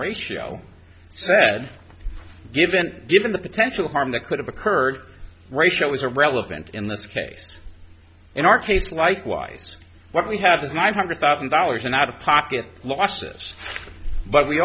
ratio said given given the potential harm that could have occurred ratio is a relevant in this case in our case likewise what we have is nine hundred thousand dollars and out of pocket losses but we